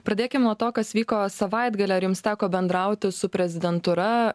pradėkime nuo to kas vyko savaitgalį ar jums teko bendrauti su prezidentūra